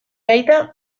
aita